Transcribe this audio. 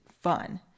fun